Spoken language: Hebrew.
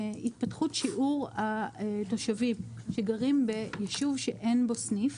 התפתחות שיעור התושבים שגרים ביישוב שאין בו סניף